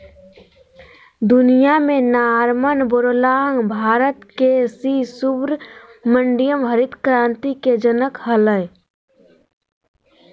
दुनिया में Norman Borlaug Bharat के सी सुब्रमण्यम हरित क्रांति के जनक हलई